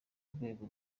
rwego